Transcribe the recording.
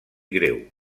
greu